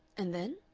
and then